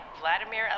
Vladimir